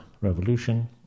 revolution